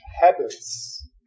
habits